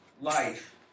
life